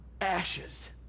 ashes